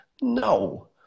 No